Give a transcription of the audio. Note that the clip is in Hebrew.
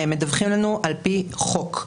מדווחים לנו על פי חוק.